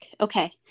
Okay